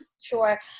Sure